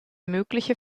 mögliche